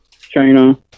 China